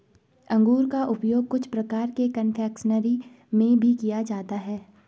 अंगूर का उपयोग कुछ प्रकार के कन्फेक्शनरी में भी किया जाता है